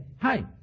Hi